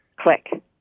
click